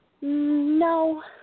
No